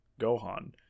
Gohan